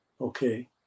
Okay